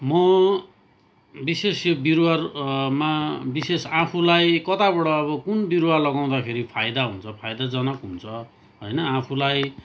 म विशेष यो बिरुवा मा विशेष आफूलाई कताबाट अब कुन बिरुवा लगाउँदाखेरि फाइदा हुन्छ फाइदाजनक हुन्छ होइन आफूलाई